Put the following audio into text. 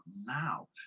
now